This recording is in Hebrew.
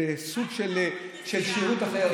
זה סוג של שירות אחר.